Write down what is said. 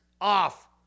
off